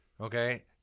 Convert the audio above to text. Okay